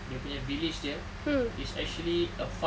dia punya village dia is actually a farm